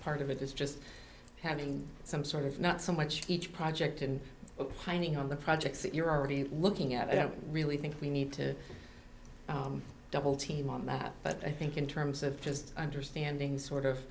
part of it is just having some sort of not so much each project and heinie on the projects that you're already looking at i don't really think we need to double team on that but i think in terms of just understanding